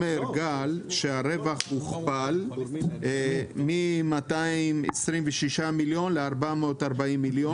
גל אומר הרווח הוכפל מ-226 מיליון ל-440 מיליון.